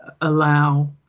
allow